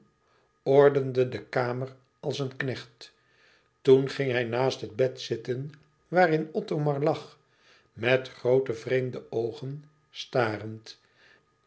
ordende de kamer als een knecht toen ging hij naast het bed zitten waarin othomar lag met groote vreemde oogen starend